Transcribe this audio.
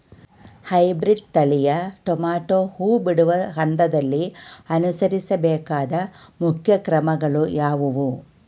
Hybrid ತಳಿಯ tomato ಹೂ ಬಿಡುವ ಹಂತದಲ್ಲಿ ಅನುಸರಿಸಬೇಕಾದ ಮುಖ್ಯ ಕ್ರಮಗಳು ಯಾವುವು?